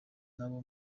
n’abo